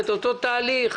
אותו תהליך,